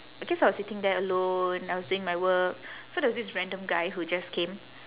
okay so I was sitting there alone I was doing my work so there was this random guy who just came